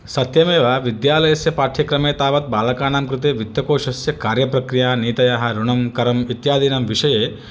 सत्यमेव विद्यालयस्य पाठ्यक्रमे तावत् बालकानां कृते वित्तकोशस्य कार्यप्रक्रिया नीतयः ऋणं करम् इत्यादिनां विषये